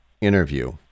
interview